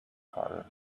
carter